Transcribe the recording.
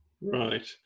Right